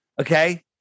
okay